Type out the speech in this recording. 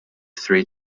three